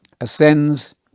ascends